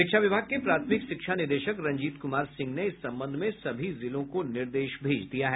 शिक्षा विभाग के प्राथमिक शिक्षा निदेशक रंजीत कुमार सिंह ने इस संबंध में सभी जिलों को निर्देश भेज दिया है